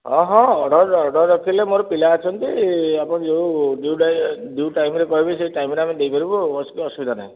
ହଁ ହଁ order order ରଖିଲେ ମୋର ପିଲା ଅଛନ୍ତି ଆପଣ ଯେଉଁ ଯେଉଁ ଯେଉଁ ଟାଇମ୍ରେ କହିବେ ସେହି ଟାଇମ୍ରେ ଆମେ ଦେଇ ଦେବୁ ଅସୁ ଅସୁବିଧା ନାହିଁ